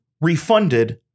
refunded